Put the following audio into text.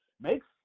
Makes